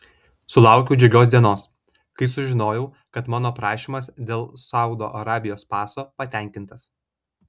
sulaukiau džiugios dienos kai sužinojau kad mano prašymas dėl saudo arabijos paso patenkintas